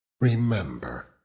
Remember